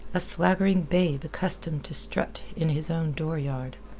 a swaggering babe accustomed to strut in his own dooryard.